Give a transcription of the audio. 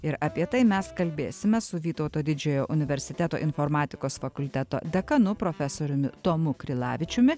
ir apie tai mes kalbėsime su vytauto didžiojo universiteto informatikos fakulteto dekanu profesoriumi tomu krilavičiumi